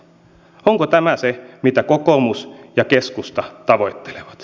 onko tämä se mitä kokoomus ja keskusta tavoittelevat